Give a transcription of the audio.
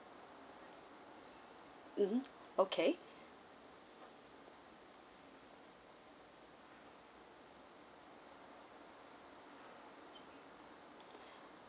mmhmm okay